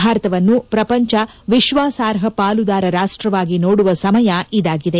ಭಾರತವನ್ನು ಪ್ರಪಂಚ ವಿಶ್ವಾಸಾರ್ಹ ಪಾಲುದಾರ ರಾಷ್ಟವಾಗಿ ನೋಡುವ ಸಮಯ ಇದಾಗಿದೆ